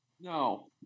No